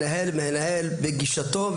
מנהל מנהל וגישתו,